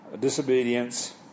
disobedience